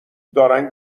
دارن